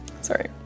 Sorry